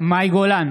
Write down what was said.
מאי גולן,